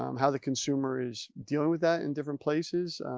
um how the consumer is dealing with that in different places,